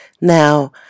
Now